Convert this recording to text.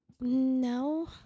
No